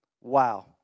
Wow